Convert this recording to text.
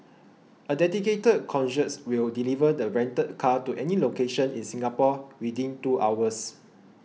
a dedicated concierge will deliver the rented car to any location in Singapore within two hours